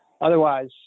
Otherwise